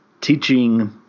teaching